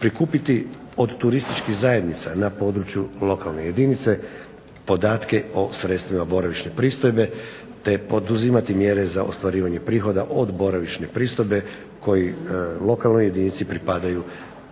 Prikupiti od turističkih zajednica na području lokalne jedinice podatke o sredstvima boravišne pristojbe te poduzimati mjere za ostvarivanje prihoda od boravišne pristojbe koji lokalnoj jedinici pripadaju